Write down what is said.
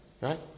right